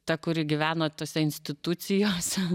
ta kuri gyveno tose institucijose